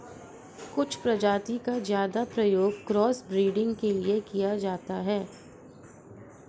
कुछ प्रजाति का ज्यादा प्रयोग क्रॉस ब्रीडिंग के लिए किया जाता है